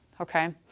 okay